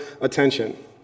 attention